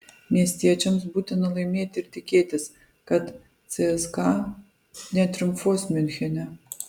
miestiečiams būtina laimėti ir tikėtis kad cska netriumfuos miunchene